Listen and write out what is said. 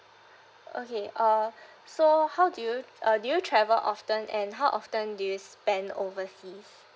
okay uh so how do you uh do you travel often and how often do you spend overseas